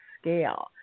scale